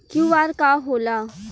QR का होला?